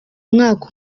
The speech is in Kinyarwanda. umwaka